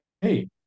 hey